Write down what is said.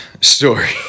story